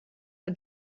her